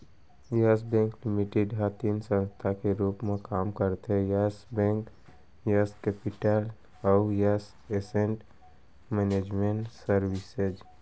yes bank limited ह तीन संस्था के रूप म काम करथे यस बेंक, यस केपिटल अउ यस एसेट मैनेजमेंट सरविसेज